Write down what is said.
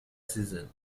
season